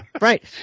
right